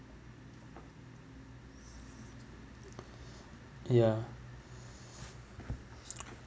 ya